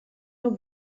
nur